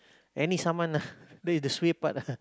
any saman lah the the suay part ah